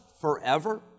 forever